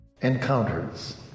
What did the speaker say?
Encounters